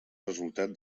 resultat